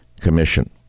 Commission